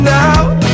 now